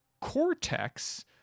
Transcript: Cortex